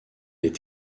est